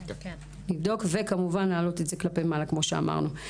לבדוק, וכמובן להעלות את זה כלפי מעלה כמו שאמרנו.